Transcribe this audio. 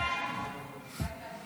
ההצעה